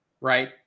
right